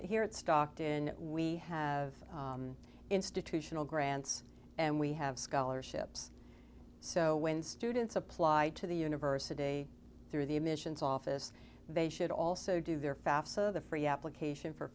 it here it stocked in we have institutional grants and we have scholarships so when students apply to the university through the admissions office they should also do their fafsa the free application for